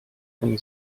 from